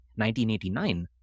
1989